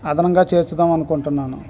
అదనంగా చేర్చుదాము అనుకుంటున్నాను